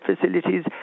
facilities